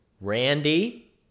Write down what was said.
Randy